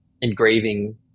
engraving